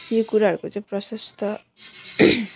यो कुराहरूको चैँ प्रशस्त